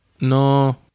No